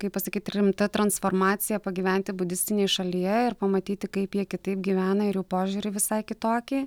kaip pasakyt rimta transformacija pagyventi budistinėj šalyje ir pamatyti kaip jie kitaip gyvena ir jų požiūrį visai kitokį